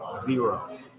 Zero